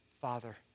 father